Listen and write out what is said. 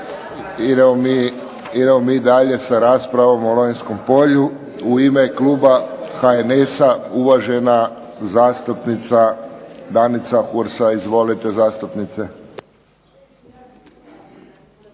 Idemo mi dalje sa raspravom o Lonjskom polju. U ime kluba HNS-a uvažena zastupnica Danica Hursa. Izvolite zastupnice.